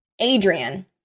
Adrian